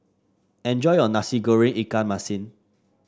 enjoy your Nasi Goreng Ikan Masin